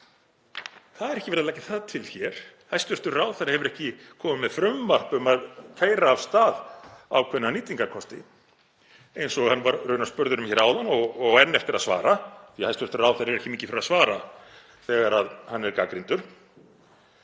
Það er ekki verið að leggja það til hér. Hæstv. ráðherra hefur ekki komið með frumvarp um að keyra af stað ákveðna nýtingarkosti eins og hann var raunar spurður um áðan og á enn eftir að svara, hæstv. ráðherra er ekki mikið fyrir að svara þegar hann er gagnrýndur.